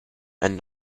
and